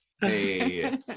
Hey